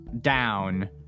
down